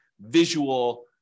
visual